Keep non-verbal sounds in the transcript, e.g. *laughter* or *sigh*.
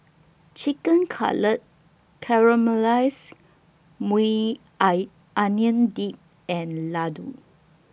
Chicken Cutlet Caramelized Maui *unintelligible* Onion Dip and Ladoo